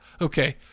Okay